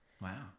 Wow